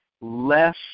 less